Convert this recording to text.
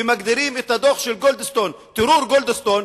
ומגדירים את הדוח של גולדסטון "טרור גולדסטון",